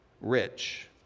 rich